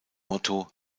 motto